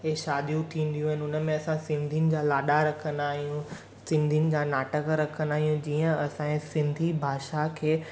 हे शादियूं थींदियूं आहिनि हुन में असां सिंधियुनि जा लाॾा रखंदा आहियूं सिंधियुनि जा नाटक रखंदा आहियूं जीअं असांजे सिंधी भाषा खे